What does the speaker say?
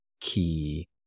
key